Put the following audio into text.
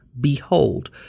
Behold